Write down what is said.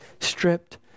stripped